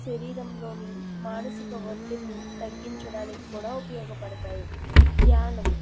శరీరంలోని మానసిక ఒత్తిడిని తగ్గించడానికి కూడా ఉపయోగపడతాయి ధ్యానం